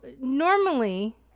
normally